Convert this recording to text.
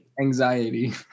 Anxiety